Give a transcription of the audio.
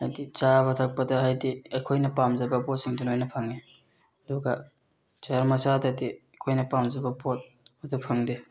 ꯍꯥꯏꯗꯤ ꯆꯥꯕ ꯊꯛꯄꯗ ꯍꯥꯏꯗꯤ ꯑꯩꯈꯣꯏꯅ ꯄꯥꯝꯖꯕ ꯄꯣꯠꯁꯤꯡꯗꯣ ꯂꯣꯏꯅ ꯐꯪꯏ ꯑꯗꯨꯒ ꯁꯍꯔ ꯃꯆꯥꯗꯗꯤ ꯑꯩꯈꯣꯏꯅ ꯄꯥꯝꯖꯕ ꯄꯣꯠ ꯑꯗꯣ ꯐꯪꯗꯦ